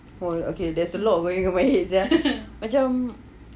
!wow! there's a lot of way way sia macam